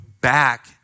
back